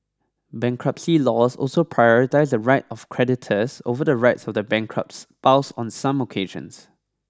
bankruptcy laws also prioritise the right of creditors over the rights of the bankrupt's spouse on some occasions